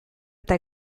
eta